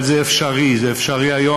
עוד לא הגענו לזה, אני אגיד גם למה.